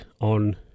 on